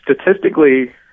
statistically